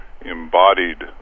embodied